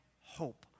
hope